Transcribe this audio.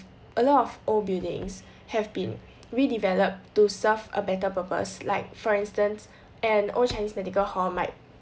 a lot of old buildings have been redeveloped to serve a better purpose like for instance an old chinese medical hall might